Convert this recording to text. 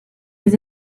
was